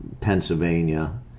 Pennsylvania